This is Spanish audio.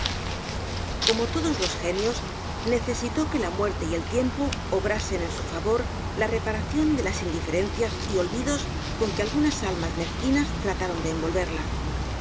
como todos los genios necesitó que la muerte y el tiempo obrasen en su favor la reparación de las indiferencias y olvidos con que algunas almas mezquinas trataron de envolverla